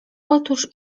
otóż